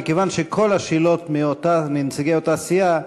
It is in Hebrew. מכיוון שכל השאלות הן מנציגי אותה סיעה,